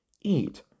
eat